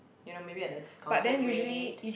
you know maybe at a discounted rate